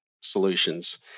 solutions